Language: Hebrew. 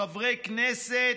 חברי כנסת,